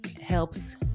helps